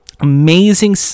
amazing